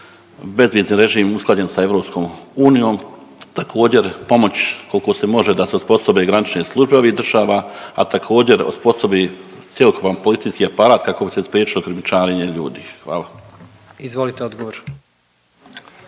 bezvizni režim usklađen sa EU, također pomoć koliko se može da se osposobe granične službe ovih države, a također osposobi cjelokupan politički aparat kako bi se spriječilo krijumčarenje ljudi, hvala. **Jandroković,